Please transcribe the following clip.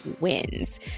wins